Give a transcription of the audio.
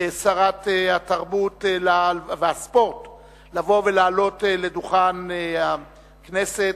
שרת התרבות והספורט לבוא ולעלות לדוכן הכנסת,